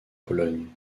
pologne